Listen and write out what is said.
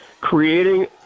creating